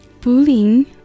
Bullying